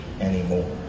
anymore